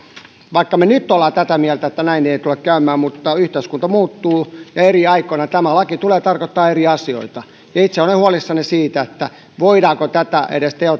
vaikka me nyt olemme tätä mieltä että näin ei ei tule käymään niin yhteiskunta muuttuu ja eri aikoina tämä laki tulee tarkoittamaan eri asioita ja itse olen huolissani siitä voitaisiinko tätä edes